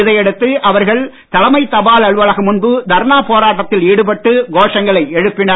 இதையடுத்து அவர்கள் தலைமை தபால் அலுவலகம் முன்பு தர்ணா போராட்டத்தில் ஈடுபட்டு கோஷங்களை எழுப்பினர்